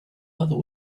other